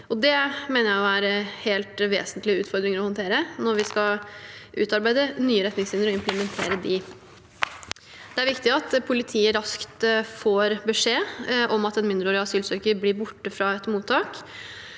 være helt vesentlige utfordringer å håndtere når vi skal utarbeide nye retningslinjer og implementere dem. Det er viktig at politiet raskt får beskjed om at en mindreårig asylsøker blir borte fra et mottak.